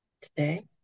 today